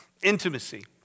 Intimacy